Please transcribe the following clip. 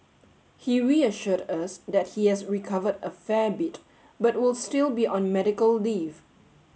he reassured us that he has recovered a fair bit but will still be on medical leave